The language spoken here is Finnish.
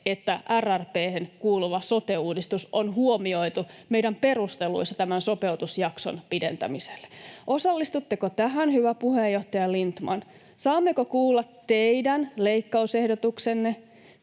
että RRP:hen kuuluva sote-uudistus on huomioitu meidän perusteluissamme tämän sopeutusjakson pidentämiselle. Osallistutteko tähän, hyvä puheenjohtaja Lindtman? Saammeko kuulla teidän leikkausehdotuksenne,